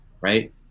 Right